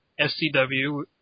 SCW